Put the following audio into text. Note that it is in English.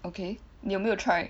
okay 你有没有 try